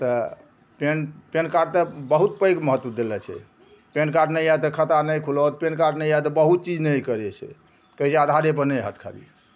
तऽ PAN PAN card तऽ बहुत पैघ महत्व देले छै पेनकार्ड नहि अइ तऽ खाता नहि खुलत पेनकार्ड नहि अइ तऽ बहुत चीज नहि करय छै कहय छै आधारे पर नहि हैत खाली